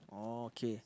oh okay